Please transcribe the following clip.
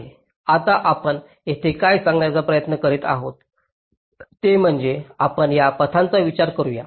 आता आपण येथे काय सांगण्याचा प्रयत्न करीत आहोत ते म्हणजे आपण या पथांचा विचार करू या